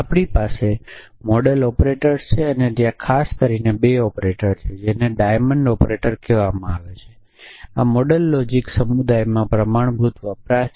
આપણી પાસે model operators છે અને ત્યાં ખાસ કરીને 2 ઓપરેટરો છે જેને ડાયમંડ ઑપરેટર કહેવામાં આવે છે આ મોડેલ લોજિક સમુદાયમાં પ્રમાણભૂત વપરાશ છે